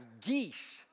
geese